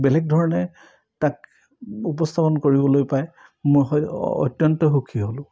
বেলেগ ধৰণে তাক উপস্থাপন কৰিবলৈ পায় মই হয় অত্যন্ত সুখী হ'লোঁ